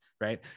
right